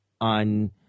on